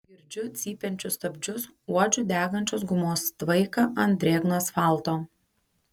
girdžiu cypiančius stabdžius uodžiu degančios gumos tvaiką ant drėgno asfalto